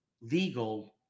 legal